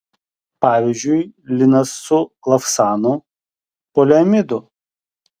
pavyzdžiui linas su lavsanu poliamidu